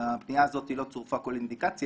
לפנייה הזאת לא צורפה כל אינדיקציה,